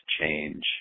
change